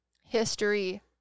History